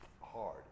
hard